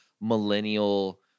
millennial